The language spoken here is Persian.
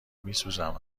میسوزم